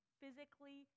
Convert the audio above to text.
physically